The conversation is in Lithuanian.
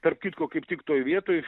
tarp kitko kaip tik toj vietoj